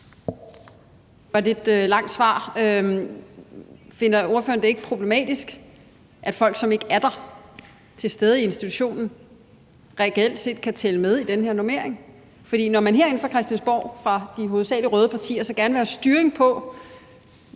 var et lidt langt svar. Finder ordføreren det ikke problematisk, at folk, som ikke er til stede i institutionerne, reelt kan tælle med i den her normering? For når man herinde på Christiansborg fra hovedsagelig de røde partiers side så gerne vil have en styring af,